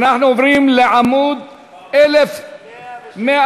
אנחנו עוברים לעמוד 1106,